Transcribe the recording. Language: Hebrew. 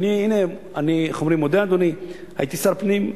אדוני, הנה, אני מודה שהייתי שר פנים.